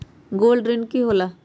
Gold ऋण की होला?